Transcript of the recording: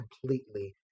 completely